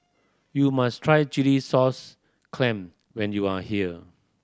you must try chilli sauce clam when you are here